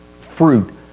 fruit